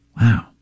Wow